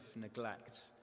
neglect